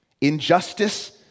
Injustice